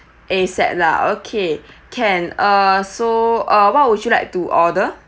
A set lah okay can uh so uh what would you like to order